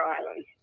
Island